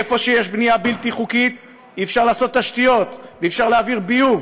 היכן שיש בנייה בלתי חוקית אי-אפשר לעשות תשתיות ואי-אפשר להעביר ביוב